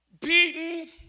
beaten